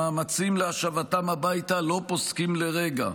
המאמצים להשבתם הביתה לא פוסקים לרגע.